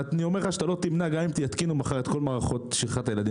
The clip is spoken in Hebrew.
גם אם יתקינו מחר מערכות נגד שכחת ילדים